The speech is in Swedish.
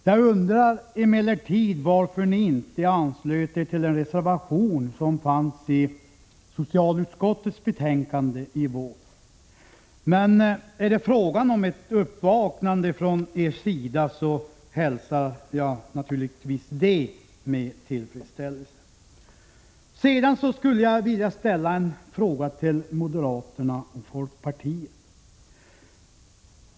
Jag undrar emellertid varför centerledamöterna inte anslöt sig till den reservation som fanns i socialutskottets betänkande i våras, men om det nu är fråga om ett uppvaknande från deras sida, hälsar jag naturligtvis detta med tillfredsställelse. Sedan skulle jag vilja ställa en fråga till moderata samlingspartiet och folkpartiet.